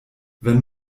wenn